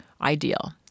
ideal